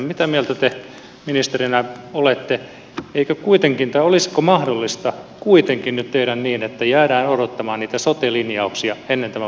mitä mieltä te ministerinä olette olisiko mahdollista kuitenkin nyt tehdä niin että jäädään odottamaan niitä sote linjauksia ennen tämän valtionosuusuudistuksen toteuttamista